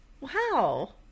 Wow